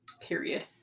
Period